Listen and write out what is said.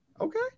Okay